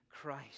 Christ